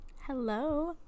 Hello